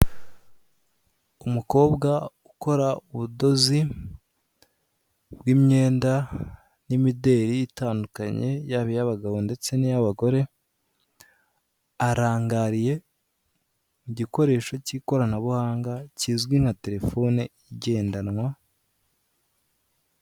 Umukobwa ukora ubudozi bw'imyenda, n'imideri itandukanye yaba iy'abagabo, ndetse n'iy'abagore, arangariye igikoresho cy'ikoranabuhanga kizwi nka terefone igendanwa.